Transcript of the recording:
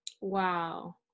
wow